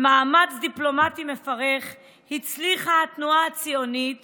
במאמץ דיפלומטי מפרך הצליחה התנועה הציונית